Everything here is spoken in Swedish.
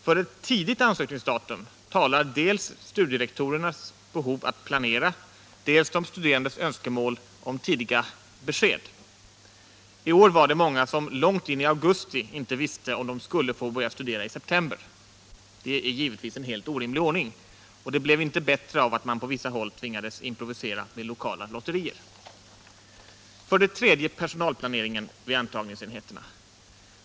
För ett tidigt ansökningsdatum talar dels studierektorernas behov av att planera, dels de studerandes önskemål om besked i god tid. I år var det många som långt in i augusti inte visste om de skulle få börja studera i september. Det är givetvis en helt orimlig ordning, och det blev inte bättre av att man på vissa håll tvingades improvisera med lokala lotterier. För det tredje personalplaneringen vid antagningsenheterna.